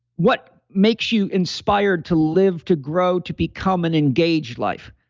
what makes you inspired to live, to grow, to become an engaged life?